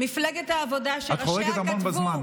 מפלגת העבודה, שראשיה כתבו, את חורגת המון בזמן,